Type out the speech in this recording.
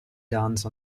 dance